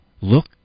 Look